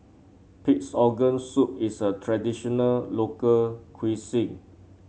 Pig's Organ Soup is a traditional local cuisine